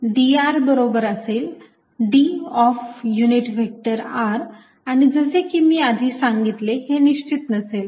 म्हणून dr बरोबर असेल d of unit vector r आणि जसे की मी आधी सांगितले हे निश्चित नसेल